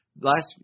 last